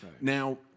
Now